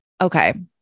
okay